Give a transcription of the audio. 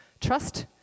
Trust